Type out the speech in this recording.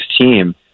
team